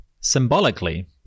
Symbolically